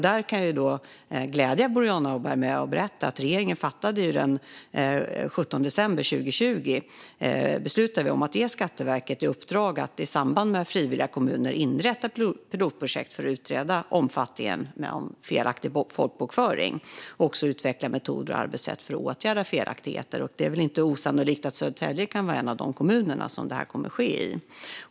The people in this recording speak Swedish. Jag kan glädja Boriana Åberg med att berätta att regeringen den 17 december 2020 fattade beslut om att ge Skatteverket i uppdrag att i samarbete med frivilliga kommuner inrätta pilotprojekt för att utreda omfattningen av felaktig folkbokföring samt utveckla metoder och arbetssätt för att åtgärda felaktigheter. Det är väl inte osannolikt att Södertälje kan vara en av de kommuner som det här kommer att ske i.